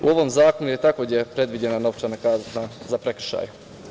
U ovom zakonu je takođe predviđena novčana kazna za prekršaje.